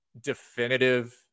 definitive